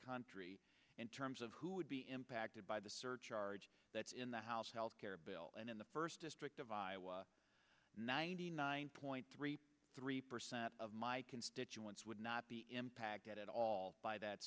country in terms of who would be impacted by the surcharge that's in the house health care bill and in the first district of iowa ninety nine point three three percent of my constituents would not be impacted at all by that